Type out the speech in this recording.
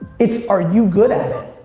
it's are you good at it?